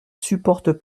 supportent